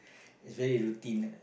it's very routine